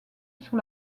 sur